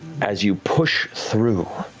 as you push through,